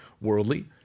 worldly